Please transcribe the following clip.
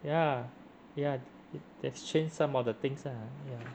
ya ya they just changed some of the things ah ya